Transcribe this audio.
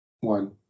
one